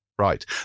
Right